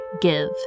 give